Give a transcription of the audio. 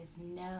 no